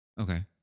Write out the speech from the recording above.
Okay